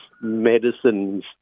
medicines